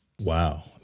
Wow